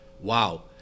wow